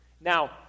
Now